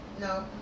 no